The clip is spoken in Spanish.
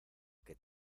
que